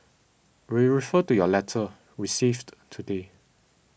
we refer to your letter received today